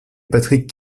patrick